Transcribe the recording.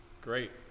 great